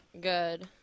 good